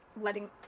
letting